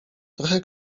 trochę